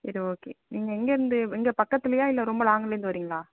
சரி ஓகே நீங்கள் எங்கேயிருந்து இங்கே பக்கத்துலேயா இல்லை ரொம்ப லாங்லேருந்து வரிங்களா